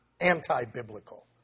Anti-biblical